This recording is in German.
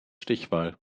stichwahl